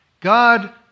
God